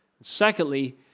Secondly